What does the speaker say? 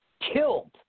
killed